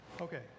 Okay